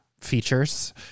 features